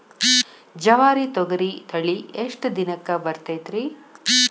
ಜವಾರಿ ತೊಗರಿ ತಳಿ ಎಷ್ಟ ದಿನಕ್ಕ ಬರತೈತ್ರಿ?